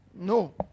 No